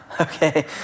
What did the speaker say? okay